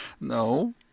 No